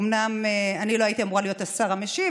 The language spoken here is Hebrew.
אומנם אני לא הייתי אמורה להיות השר המשיב,